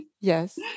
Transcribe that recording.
Yes